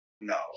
No